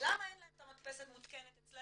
למה אין להם את המדפסת מותקנת אצלנו